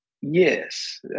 Yes